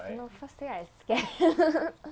cannot first day I scared